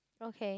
okay